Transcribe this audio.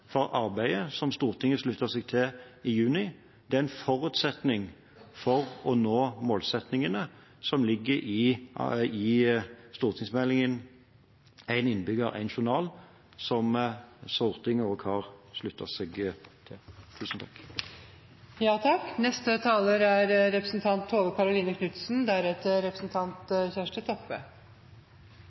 for arbeidet som Stortinget sluttet seg til i juni. Det er en forutsetning for å nå målsettingene som ligger i stortingsmeldingen Én innbygger – én journal, som Stortinget også har sluttet seg til. Når vi i dag debatterer Riksrevisjonens undersøkelse av hvordan elektronisk meldingsutveksling er